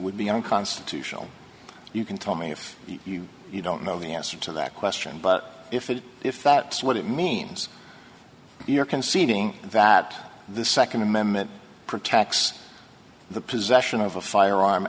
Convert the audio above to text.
would be unconstitutional you can tell me if you don't know the answer to that question but if it if that what it means you're conceding that the nd amendment protects the possession of a firearm